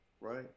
right